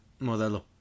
Modelo